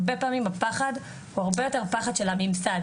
הרבה פעמים הפחד הוא הרבה יותר פחד של הממסד,